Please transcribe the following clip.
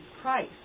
price